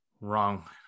wrong